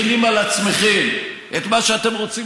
לו הייתם מחילים על עצמכם את מה שאתם רוצים